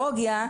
הפדגוגיה.